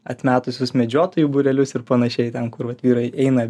atmetus visus medžiotojų būrelius ir panašiai ten kur vat vyrai eina